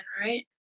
right